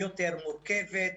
יותר מורכבת.